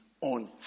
on